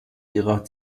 ihrer